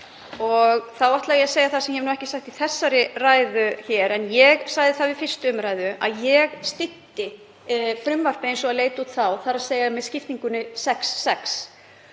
og þá ætla ég að segja það sem ég hef ekki sagt í þessari ræðu hér en ég sagði það við 1. umr., að ég styddi frumvarpið eins og það leit út þá, þ.e. með skiptingunni sex,